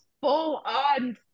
full-on